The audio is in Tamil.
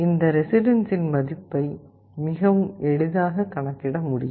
இந்த ரெசிஸ்டன்ஸின் மதிப்பை மிக எளிதாக கணக்கிட முடியும்